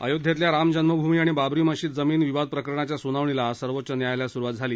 अयोध्येतल्या रामजन्मभूमी आणि बाबरी मशीद जमीन विवाद प्रकरणाच्या सुनावणीला आज सर्वोच्च न्यायालयात सुरुवात झाली